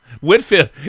Whitfield